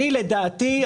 אני לדעתי,